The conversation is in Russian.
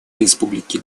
республики